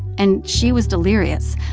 and she was delirious.